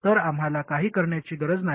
तर आम्हाला काही करण्याची गरज नाही